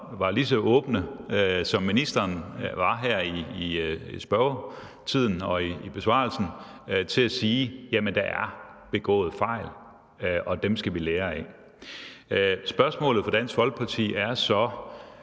var lige så åbne, som ministeren var her i spørgetiden og i sin besvarelse, med hensyn til at sige: Jamen der er begået fejl, og dem skal vi lære af. Spørgsmålet fra Dansk Folkeparti er så: